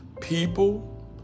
people